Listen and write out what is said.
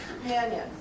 companions